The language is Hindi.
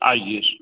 आइए सर